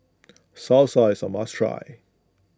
Salsa is a must try